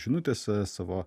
žinutėse savo